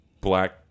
black